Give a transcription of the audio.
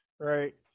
Right